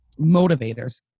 motivators